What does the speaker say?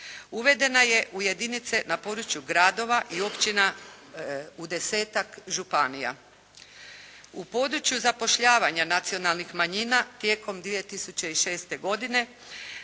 Uvedena je u jedinice u području gradova i općina u desetak županija. U području zapošljavanja nacionalnih manjina tijekom 2006. godine